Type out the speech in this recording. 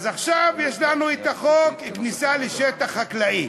אז עכשיו יש לנו את חוק הכניסה לשטח חקלאי.